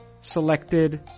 selected